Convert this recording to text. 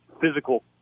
physical